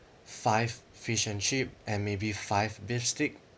five fish and chip and maybe five beef steak